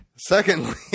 Secondly